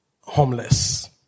homeless